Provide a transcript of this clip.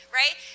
right